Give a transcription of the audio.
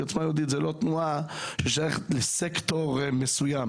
עוצמה יהודית זאת לא תנועה ששייכת לסקטור מסוים.